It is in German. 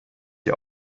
die